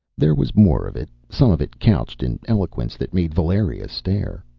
there was more of it some of it couched in eloquence that made valeria stare,